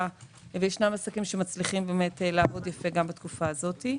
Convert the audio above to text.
ויש עסקים שמצליחים לעבוד יפה גם בתקופה הזאת.